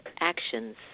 actions